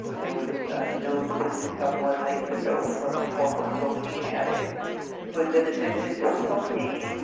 there was a note just a couple of nights ago from a former cocaine addict who had been addicted to cocaine,